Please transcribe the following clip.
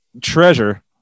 treasure